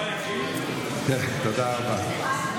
לא אנוכי, תודה רבה.